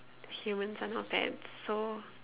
humans are now pets so